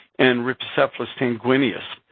and rhipicephalus sanguineus,